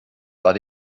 but